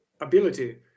ability